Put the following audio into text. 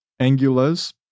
angulas